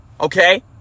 Okay